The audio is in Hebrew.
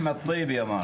אחמד טיבי אמר.